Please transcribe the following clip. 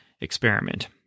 experiment